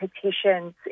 petitions